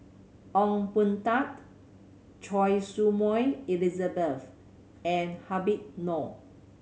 Ong Boon Tat Choy Su Moi Elizabeth and Habib Noh